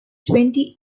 twenty